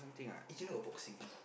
eh just now got boxing eh